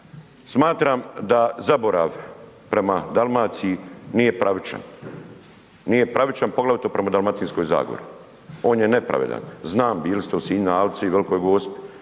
Smatram da zaborav prema Dalmaciji nije pravičan. Nije pravičan poglavito prema Dalmatinskoj zagori. On je nepravedan. Znam, bili ste u Sinju, alci, Velikoj Gospi,